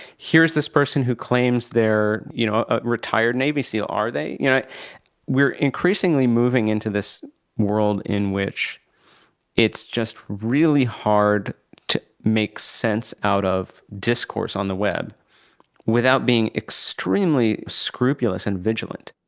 here's this person who claims they're you know a retired navy seal. are they? yeah we're increasingly moving into this world in which it's just really hard to make sense out of the discourse on the web without being extremely scrupulous and vigilant.